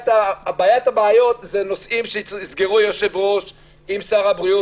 בעיית הבעיות זה נושאים שיסגרו יושב הראש עם שר הבריאות.